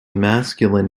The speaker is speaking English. masculine